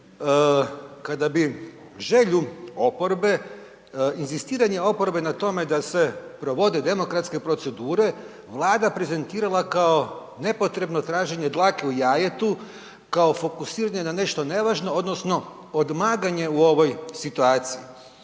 kada bi želju oporbe, inzistiranje oporbe na tome da se provode demokratske procedure Vlada prezentirala kao nepotrebno traženje dlake u jajetu kao fokusiranje na nešto nevažno odnosno odmaganje u ovoj situaciji.